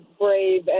brave